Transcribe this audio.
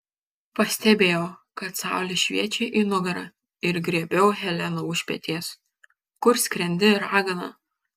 pastebėjau kad saulė šviečia į nugarą ir griebiau heleną už peties kur skrendi ragana